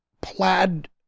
plaid